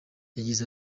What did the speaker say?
yagize